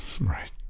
Right